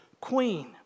queen